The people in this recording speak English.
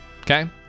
okay